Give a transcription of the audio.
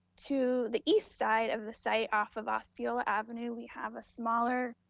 to the east side of the site, off of osceola avenue, we have a smaller